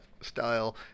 style